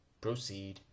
proceed